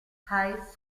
high